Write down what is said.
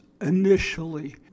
initially